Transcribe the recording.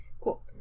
Cool